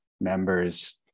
members